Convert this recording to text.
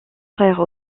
frère